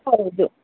ಹೌದು